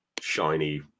shiny